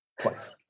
twice